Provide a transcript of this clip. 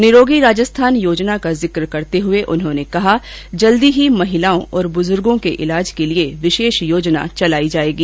निरोगी राजस्थान योजना का जिक करते हुए उन्होंने कहा कि जल्द ही महिलाओं और बुजुर्गों के इलाज के लिए विशेष योजना चलाई जाएगी